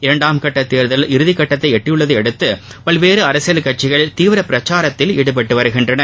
இரண்டாம் கட்ட தேர்தல் இறதி கட்டத்தை எட்டியுள்ளதையடுத்து பல்வேறு அரசியல் கட்சிகள் தீவிர பிரசாரத்தில் ஈடுபட்டு வருகின்றன